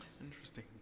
Interesting